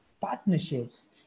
partnerships